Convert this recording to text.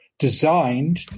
designed